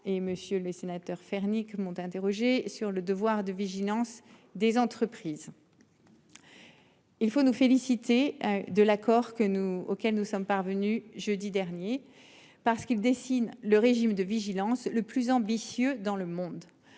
et Monsieur le sénateurs Fernique monte. Interrogé sur le devoir de vigilance des entreprises.-- Il faut nous féliciter de l'accord que nous auquel nous sommes parvenus jeudi dernier parce qu'il dessine le régime de vigilance le plus ambitieux dans le monde